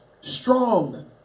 strong